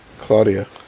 Claudia